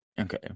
Okay